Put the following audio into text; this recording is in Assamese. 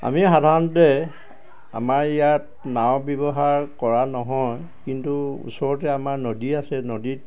আমি সাধাৰণতে আমাৰ ইয়াত নাও ব্যৱহাৰ কৰা নহয় কিন্তু ওচৰতে আমাৰ নদী আছে নদীত